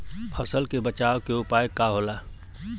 फसल के बचाव के उपाय का होला?